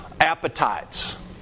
appetites